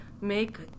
make